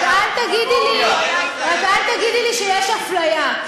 רק אל תגידי לי שיש אפליה,